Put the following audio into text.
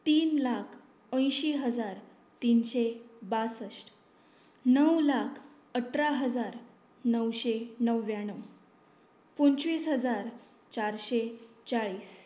तीन लाख अंयशीं हजार तीनशें बासठ णव लाख अठरा हजार णवशें णव्याण्णव पंचवीस हजार चारशें चाळीस